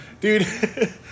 Dude